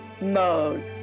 mode